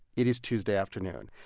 it is tuesday afternoon.